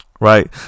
Right